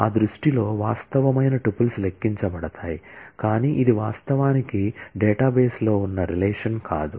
ఆ దృష్టిలో వాస్తవమైన టుపుల్స్ లెక్కించబడతాయి కానీ ఇది వాస్తవానికి డేటాబేస్లో ఉన్న రిలేషన్ కాదు